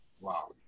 Wow